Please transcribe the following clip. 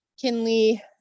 Kinley